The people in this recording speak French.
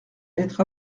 être